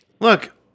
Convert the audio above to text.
Look